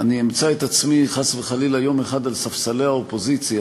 אני אמצא את עצמי חס וחלילה יום אחד על ספסלי האופוזיציה,